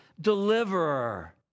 deliverer